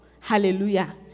Hallelujah